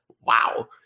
Wow